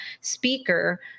speaker